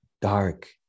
dark